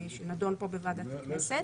שנדון פה, בוועדת הכנסת,